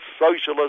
socialist